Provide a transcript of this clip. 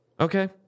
Okay